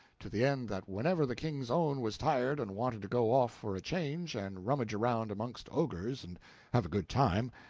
to the end that whenever the king's own was tired and wanted to go off for a change and rummage around amongst ogres and have a good time,